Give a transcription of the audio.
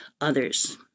others